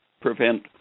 prevent